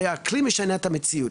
הרי האקלים משנה את המציאות.